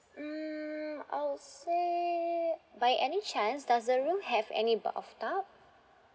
um I would say by any chance does the room have any bathtub